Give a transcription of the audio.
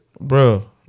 Bro